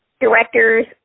directors